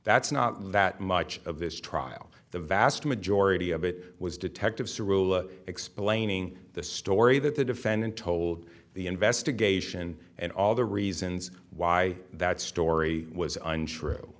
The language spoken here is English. that's not that much of this trial the vast majority of it was detective surulere explaining the story that the defendant told the investigation and all the reasons why that story was untrue